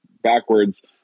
backwards